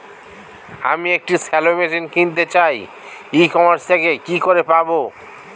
আমি একটি shallow machine কিনতে চাই ই কমার্স থেকে কি করে পাবো?